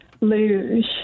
luge